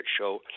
show